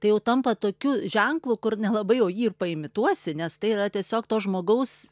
tai jau tampa tokiu ženklu kur nelabai jau jį ir paimituosi nes tai yra tiesiog to žmogaus